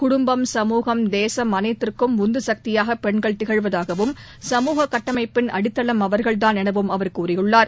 குடும்பம் சமூகம் தேசம் அளைத்திற்கும் உந்து சக்தியாக பெண்கள் திகழ்வதாகவும் சமூக கட்டமைப்பின் அடித்தளம் அவர்கள் தான் எனவும் அவர் தெரிவித்துள்ளார்